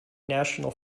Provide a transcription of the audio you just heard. national